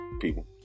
people